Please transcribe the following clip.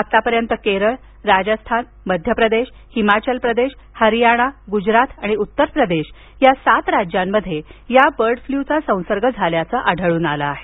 आत्तापर्यंत केरळ राजस्थान मध्य प्रदेश हिमाचल प्रदेश हरियाणागुजरात आणि उत्तर प्रदेश या सात राज्यांमध्ये या बर्ड फ्ल्यूचा संसर्ग झाल्याचं आढळून आलं आहे